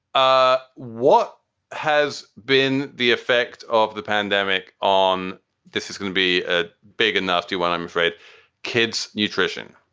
ah what has been the effect of the pandemic on this is going to be a big and nasty one, i'm afraid kids nutrition,